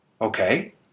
Okay